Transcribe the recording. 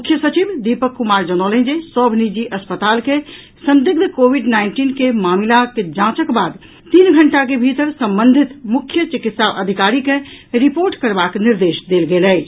मुख्य सचिव दीपक कुमार जनौलनि जे सभ निजी अस्पताल के संदिग्ध कोविड नाईनटीन के मामिलाक जांचक बाद तीन घंटा के भीतर संबंधित मुख्य चिकित्सा अधिकारी के रिपोर्ट करबाक निर्देश देल गेल अछि